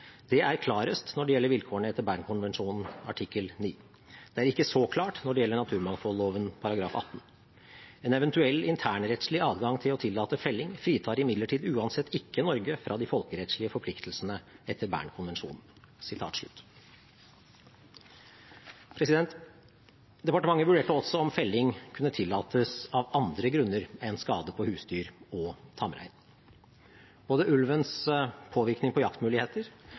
Det er klarest når det gjelder vilkårene etter Bernkonvensjonen artikkel 9. Det er ikke så klart når det gjelder naturmangfoldloven § 18. En eventuell internrettslig adgang til å tillate felling fritar imidlertid uansett ikke Norge fra de folkerettslige forpliktelsene etter Bernkonvensjonen.» Departementet vurderte også om felling kunne tillates av andre grunner enn skade på husdyr og tamrein. Både ulvens påvirkning på jaktmuligheter